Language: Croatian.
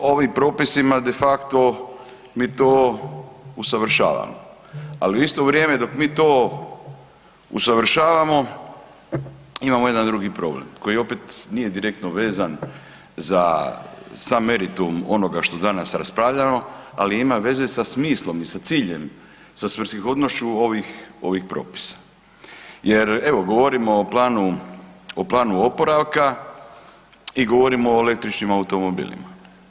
I ovim propisima de facto mi to usavršavamo, ali u isto vrijeme dok mi to usavršavamo imamo jedan drugi problem koji opet nije direktno vezan za sam meritum onoga što danas raspravljamo, ali ima veze sa smislom i sa ciljem, sa svrsishodnošću ovih propisa jer evo govorimo o planu, o planu oporavka i govorimo o električnim automobilima.